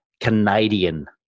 Canadian